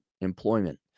employment